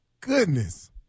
goodness